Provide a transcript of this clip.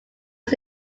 his